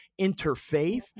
interfaith